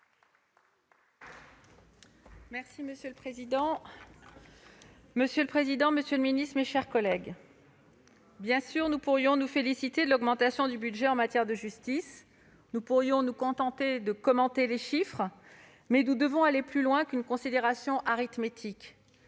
Boyer. Monsieur le président, monsieur le garde des sceaux, mes chers collègues, nous pourrions nous féliciter de l'augmentation du budget en matière de justice et nous contenter de commenter les chiffres, mais nous devons aller plus loin qu'une considération arithmétique.